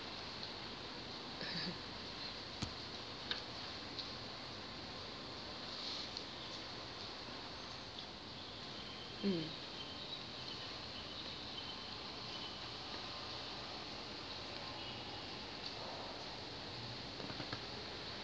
mm